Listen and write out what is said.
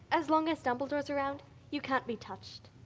as long as dumbledore's around you can't be touched.